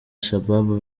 shabaab